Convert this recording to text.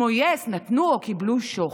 כמו יס, נתנו או קיבלו שוחד,